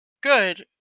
good